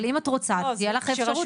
אבל אם את רוצה אז תהיה לך אפשרות להורות.